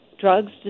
Drugs